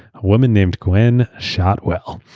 a woman named gwynne shotwell.